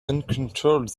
uncontrolled